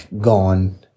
gone